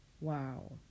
Wow